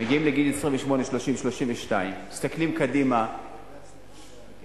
מגיעים לגיל 28, 30, 32, מסתכלים קדימה בתסכול,